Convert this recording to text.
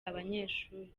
abanyeshuri